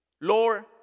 Lord